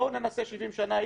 בואו ננסה 70 עם.